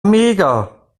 mega